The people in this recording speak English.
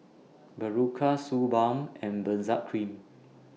Berocca Suu Balm and Benzac Cream